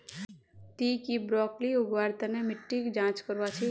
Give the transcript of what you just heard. ती की ब्रोकली उगव्वार तन मिट्टीर जांच करया छि?